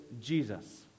jesus